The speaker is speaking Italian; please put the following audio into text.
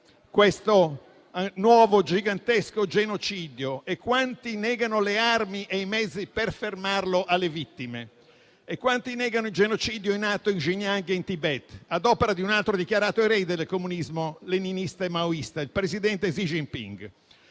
questo nuovo gigantesco genocidio? Quanti negano alle vittime le armi e i mezzi per fermarlo? Quanti negano il genocidio in atto anche in Tibet ad opera di un altro dichiarato erede del comunismo leninista e maoista, il presidente Xi Jinping?